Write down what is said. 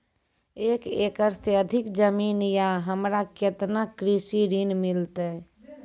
एक एकरऽ से अधिक जमीन या हमरा केतना कृषि ऋण मिलते?